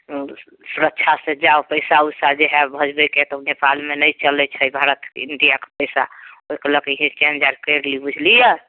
सुरक्षा से जाउ पैसा उइसा जे हए भजबैके तऽ नेपालमे नहि चलैत छै भारत इण्डिया कऽ पैसा ओहिके लऽ के हिये चेंज आर करि लिउ बुझलियै